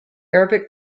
arabic